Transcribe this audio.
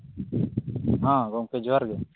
ᱦᱚᱸ ᱜᱚᱢᱠᱮ ᱡᱚᱦᱟᱨ ᱜᱮ